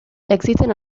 existen